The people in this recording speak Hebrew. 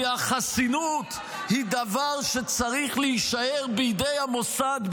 כי החסינות היא דבר שצריך להישאר בידי המוסד,